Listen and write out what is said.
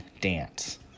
dance